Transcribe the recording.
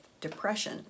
depression